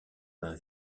vint